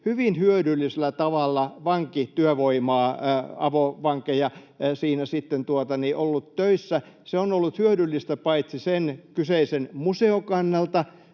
hyvin hyödyllisellä tavalla vankityövoimaa: avovankeja siinä on ollut töissä. Se on ollut hyödyllistä paitsi sen kyseisen museon kannalta